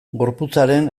gorputzaren